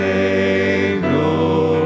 Savior